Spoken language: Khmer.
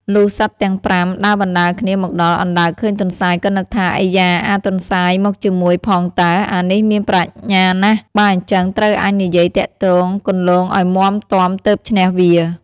លុះសត្វទាំង៥ ដើរបណ្ដើរគ្នាមកដល់ អណ្ដើកឃើញទន្សាយ ក៏នឹកថា "អៃយ៉ា! អាទន្សាយមកជាមួយផងតើ អានេះមានប្រាជ្ញាណាស់ បើអីចឹងត្រូវអញនិយាយទាក់ទងគន្លងឲ្យមាំទាំទើបឈ្នះវា"។